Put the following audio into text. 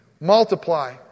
Multiply